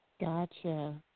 Gotcha